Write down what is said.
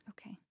Okay